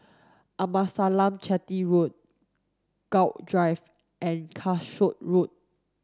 Amasalam Chetty Road Gul Drive and Calshot Road